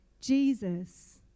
Jesus